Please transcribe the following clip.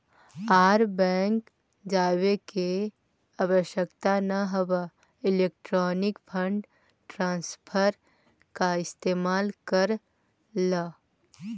आर bank जावे के आवश्यकता न हवअ इलेक्ट्रॉनिक फंड ट्रांसफर का इस्तेमाल कर लअ